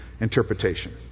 interpretation